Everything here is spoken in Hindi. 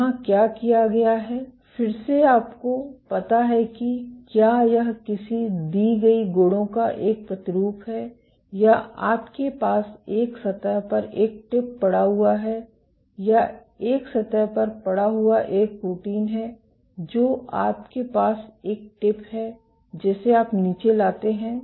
यहां क्या किया गया है फिर से आपको पता है कि क्या यह किसी दी गई गुणों का एक प्रतिरूप है या आपके पास एक सतह पर एक टिप पड़ा हुआ है या एक सतह पर पड़ा हुआ एक प्रोटीन है जो आपके पास एक टिप है जिसे आप नीचे लाते हैं